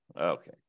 Okay